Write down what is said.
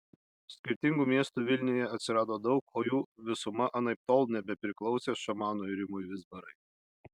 skirtingų miestų vilniuje atsirado daug o jų visuma anaiptol nebepriklausė šamanui rimui vizbarai